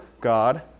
God